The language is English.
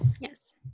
Yes